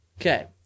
Okay